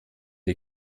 die